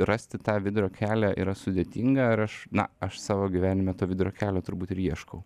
rasti tą vidurio kelią yra sudėtinga ir aš na aš savo gyvenime to vidurio kelio turbūt ir ieškau